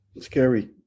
Scary